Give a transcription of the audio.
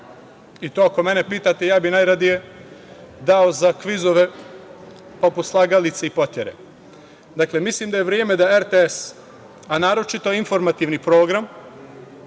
i to, ako mene pitate, ja bi najradije dao za kvizove poput „Slagalice“ i „Potere“.Mislim da je vreme da RTS, a naročito informativni program,